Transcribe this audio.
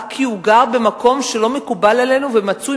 רק כי הוא גר במקום שלא מקובל עלינו ומצוי,